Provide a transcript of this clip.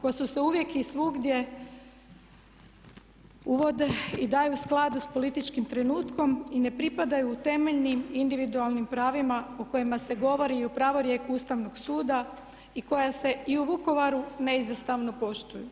koje su se uvijek i svugdje uvode i daju sklad s političkim trenutkom i ne pripadaju temeljnim individualnim pravima o kojima se govori i u pravorijeku Ustavnog suda i koja se i u Vukovaru neizostavno poštuju.